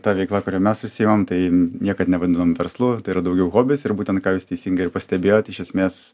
ta veikla kuria mes užsiemam tai niekad nevadinom verslu tai yra daugiau hobis ir būten ką jūs teisingai pastebėjot iš esmės